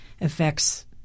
affects